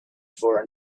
for